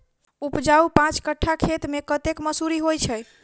उपजाउ पांच कट्ठा खेत मे कतेक मसूरी होइ छै?